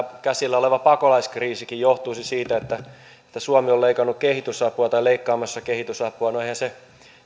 käsillä oleva pakolaiskriisikin johtuisi siitä että että suomi on leikannut kehitysapua tai leikkaamassa kehitysapua no eihän se